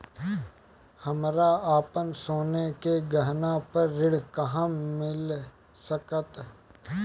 हमरा अपन सोने के गहना पर ऋण कहां मिल सकता?